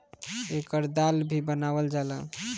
एकर दाल भी बनावल जाला